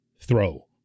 throw